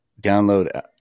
download